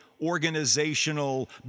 organizational